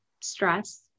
stress